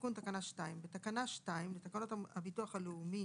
תיקון תקנה 2 1. בתקנה 2 לתקנות הביטוח הלאומי